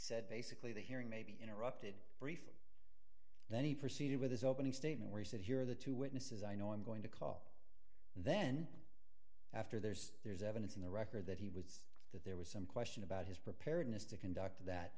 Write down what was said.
said basically the hearing may be interrupted briefly then he proceeded with his opening statement where he said here are the two witnesses i know i'm going to call and then after there's there's evidence in the record that he was there was some question about his preparedness to conduct that